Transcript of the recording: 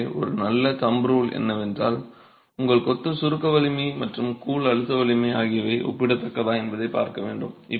எனவே ஒரு நல்ல தம்ப் ரூல் என்னவென்றால் உங்கள் கொத்து சுருக்க வலிமை மற்றும் கூழ் அழுத்த வலிமை ஆகியவை ஒப்பிடத்தக்கதா என்பதைப் பார்க்க வேண்டும்